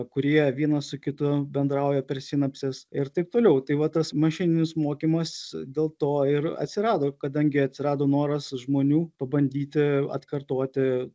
kurie vienas su kitu bendrauja per sinapses ir taip toliau tai va tas mašininis mokymas dėl to ir atsirado kadangi atsirado noras žmonių pabandyti atkartoti